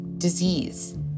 disease